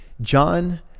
John